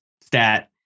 stat